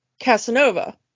Casanova